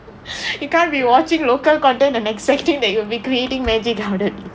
you can't be watching local content and expecting that you'll be creating magic about it